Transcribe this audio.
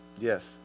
Yes